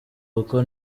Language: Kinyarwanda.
kuko